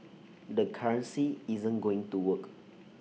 the currency isn't going to work